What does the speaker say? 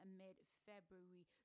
mid-February